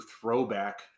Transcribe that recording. throwback